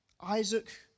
Isaac